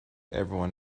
everyone